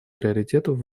приоритетов